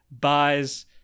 buys